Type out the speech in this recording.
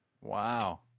Wow